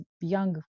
young